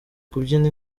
kubyina